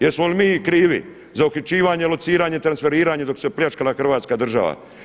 Jesmo li mi krivi za uhićivanje, lociranje, transferiranje dok se pljačkala Hrvatska država?